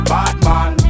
Batman